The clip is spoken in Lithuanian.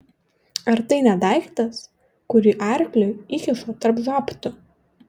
ar tai ne daiktas kurį arkliui įkiša tarp žabtų